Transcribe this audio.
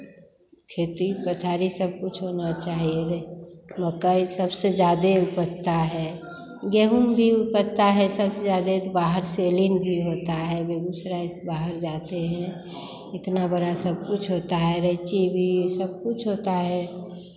खेती पथारी सब कुछ होना चाहिए मकई सबसे ज़्यादे उपजता है गेहूँ भी उपजता है सबसे ज़्यादे तो बाहर सेलिंग भी होता है बेगूसराय से बाहर जाते हैं इतना बड़ा सब कुछ होता है रैंची भी सब कुछ होता है